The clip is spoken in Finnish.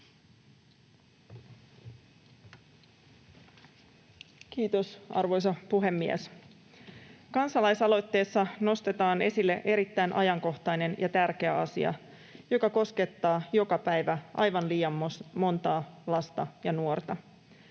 Kiitos, arvoisa puhemies! Kansalaisaloitteessa nostetaan esille erittäin ajankohtainen ja tärkeä asia, joka koskettaa joka päivä aivan liian montaa lasta ja nuorta.